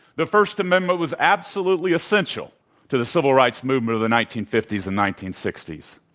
the first amendment was absolutely essential to the civil rights movement of the nineteen fifty s and nineteen sixty s.